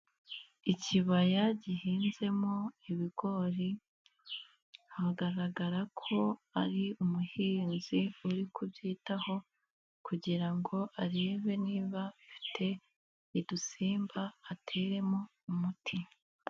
Ikibaya gihinzemo ibigori hagaragara ko ari umuhinzi uri kubyitaho kugira ngo arebe niba bifite udusimba ateremo umuti.